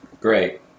Great